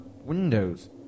windows